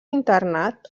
internat